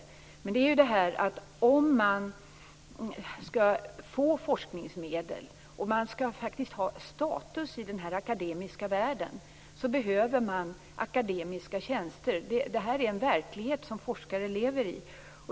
Om det skall ges forskningsmedel och en status skapas i den akademiska världen behöver man akademiska tjänster. Det är en verklighet som forskare lever i.